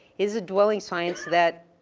is a dwelling science that